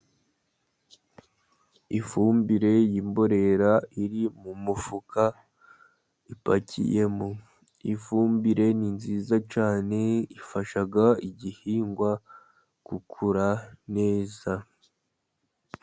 Ifumbire y'imborera iri mu mufuka ipakiyemo. Ifumbire ni nziza cyane ifasha igihingwa gukura neza.